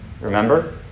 Remember